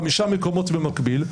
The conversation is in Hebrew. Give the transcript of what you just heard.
חמישה מקומות במקביל,